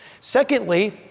Secondly